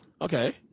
Okay